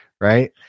right